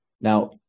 Now